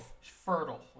fertile